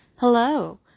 Hello